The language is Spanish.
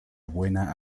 buena